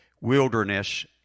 wilderness